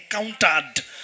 encountered